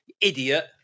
idiot